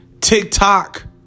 TikTok